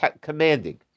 commanding